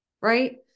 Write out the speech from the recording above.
right